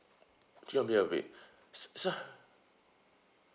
chicken meat or beef so